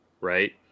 right